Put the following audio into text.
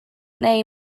neu